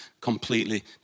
completely